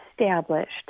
established